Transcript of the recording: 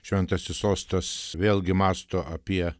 šventasis sostas vėlgi mąsto apie